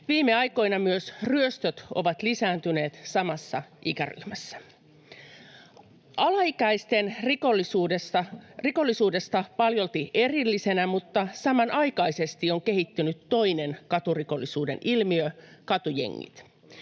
Viime aikoina myös ryöstöt ovat lisääntyneet samassa ikäryhmässä. Alaikäisten rikollisuudesta paljolti erillisenä mutta samanaikaisesti on kehittynyt toinen katurikollisuuden ilmiö: katujengit.